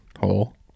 hole